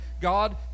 God